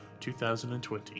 2020